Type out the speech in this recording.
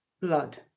blood